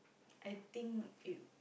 I think it